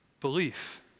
Belief